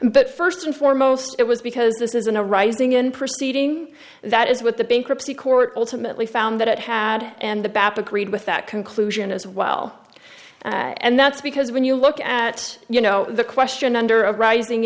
but first and foremost it was because this is in a rising in proceeding that is what the bankruptcy court ultimately found that it had and the baptists agreed with that conclusion as well and that's because when you look at you know the question under of rising